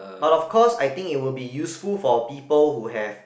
but of course I think it will be useful for people who have